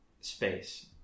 space